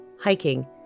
hiking